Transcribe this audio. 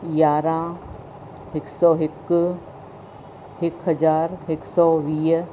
यारहं हिकु सौ हिकु हिकु हज़ारु हिकु सौ वीह